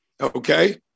okay